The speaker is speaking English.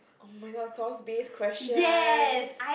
oh-my-god source based questions